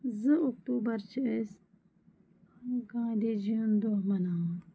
زٕ اکتوٗبَر چھِ أسۍ گاندھی جی یُن دۄہ مَناوان